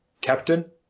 captain